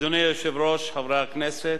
אדוני היושב-ראש, חברי הכנסת,